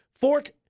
fork